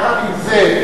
יחד עם זה,